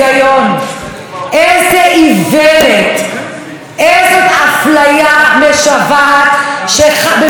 איזו איוולת, איזו אפליה משוועת במדינה מתוקנת.